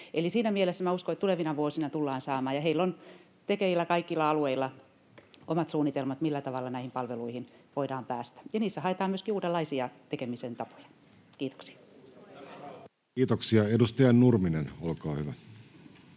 Eli siinä mielessä uskon, että tulevina vuosina tullaan niitä saamaan. Heillä on kaikilla alueilla tekeillä omat suunnitelmat, millä tavalla näihin palveluihin voidaan päästä, ja niissä haetaan myöskin uudenlaisia tekemisen tapoja. — Kiitoksia. [Speech 55] Speaker: